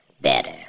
better